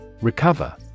Recover